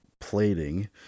plating